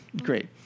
great